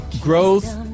growth